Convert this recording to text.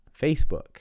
Facebook